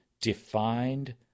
defined